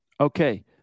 Okay